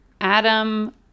Adam